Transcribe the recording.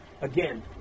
Again